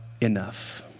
enough